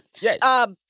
Yes